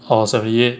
or seventy eight